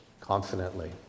confidently